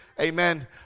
Amen